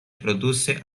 produce